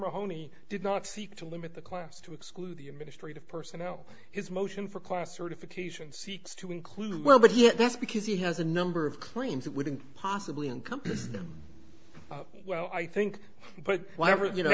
mahoney did not seek to limit the class to exclude the administrative personnel his motion for class sort of occasion seeks to include well but yet that's because he has a number of claims that wouldn't possibly encompass them well i think but whatever you know